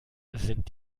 sind